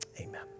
amen